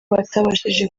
batabashije